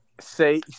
say